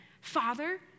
Father